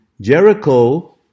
Jericho